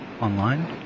online